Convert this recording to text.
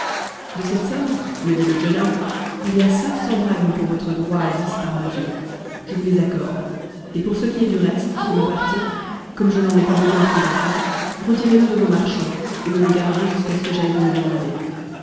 de cette somme me dit le jeune homme il y a cinq cents drachmes pour votre droit à dix par mesure je vous les accorde et pour ce qui est du reste qui m'appartient comme je n'en ai pas besoin présentement retirez le de vos marchands et me le gardez jusqu'à ce que j'aille vous le demander